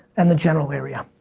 and the general area.